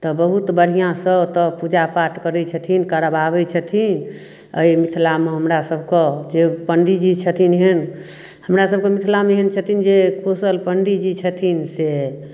तऽ बहुत बढ़िआँसँ ओतय पूजापाठ करैत छथिन करवाबैत छथिन एहि मिथिलामे हमरासभकेँ जे पण्डीजी छथिन एहन हमरासभके मिथिलामे एहन छथिन जे कुशल पण्डीजी छथिन से